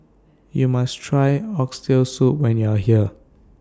YOU must Try Oxtail Soup when YOU Are here